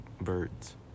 birds